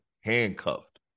handcuffed